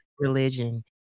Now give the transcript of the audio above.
religion